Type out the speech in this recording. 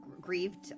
grieved